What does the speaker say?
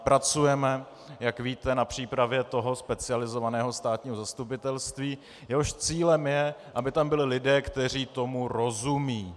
Pracujeme, jak víte, na přípravě specializovaného státního zastupitelství, jehož cílem je, aby tam byli lidé, kteří tomu rozumějí.